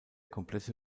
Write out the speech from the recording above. komplette